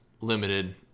limited